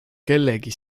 kellegi